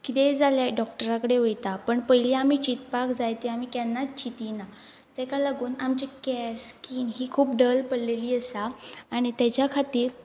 किदंय जालें डॉक्टरा कडेन वयता पण पयलीं आमी चिंतपाक जाय ते आमी केन्नाच चितीना तेका लागून आमची कॅर स्कीन ही खूब डल पडलेली आसा आनी तेज्या खातीर